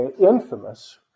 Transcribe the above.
infamous